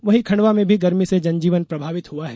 वहीं खंडवा में भी गर्मी से जनजीवन प्रभावित हुआ है